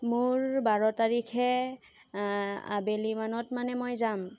মোৰ বাৰ তাৰিখে আবেলিমানত মানে মই যাম